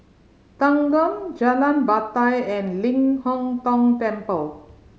Thanggam Jalan Batai and Ling Hong Tong Temple